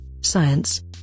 science